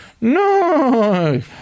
No